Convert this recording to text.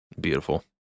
beautiful